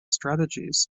strategies